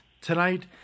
Tonight